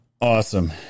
Awesome